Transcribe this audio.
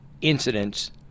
incidents